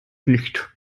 nicht